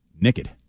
Naked